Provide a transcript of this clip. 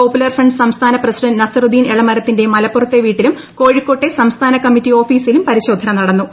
popular Front സംസ്ഥാന president Nasaruddeen എളമരത്തിന്റെട്ട മലപ്പുറത്തെ വീട്ടിലും കോഴിക്കോട്ടെ സംസ്ഥാനക്കമ്മിറ്റി ഓഫീസിലും പരിശോധന നടന്നു